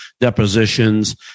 depositions